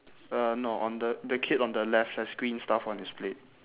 uh no on the the kid on the left has green stuff on his plate